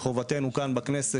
מחובתנו כאן בכנסת,